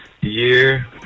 year